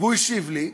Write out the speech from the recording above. והוא השיב לי,